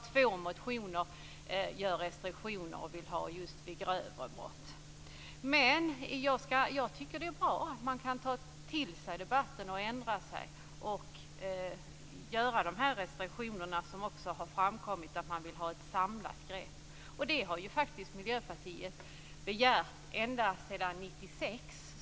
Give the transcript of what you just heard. Två motioner gör restriktioner och vill ha detta just vid grövre brott. Men jag tycker att det är bra att man kan ta till sig debatten. Det är bra att man kan ändra sig och införa de här restriktionerna. Det har också framkommit att man vill ha ett samlat grepp. Det har ju faktiskt Miljöpartiet begärt ända sedan 1996.